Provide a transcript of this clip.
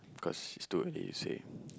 cause it's too early to say